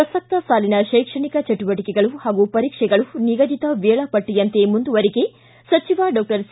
ಪ್ರಸಕ್ತ ಸಾಲಿನ ಶೈಕ್ಷಣಿಕ ಚಟುವಟಕೆಗಳು ಹಾಗೂ ಪರೀಕ್ಷೆಗಳು ನಿಗದಿತ ವೇಳಾಪಟ್ಟಿಯಂತೆ ಮುಂದುವರಿಕೆ ಸಚಿವ ಡಾಕ್ಷರ್ ಸಿ